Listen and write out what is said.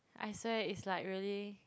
I swear it's like really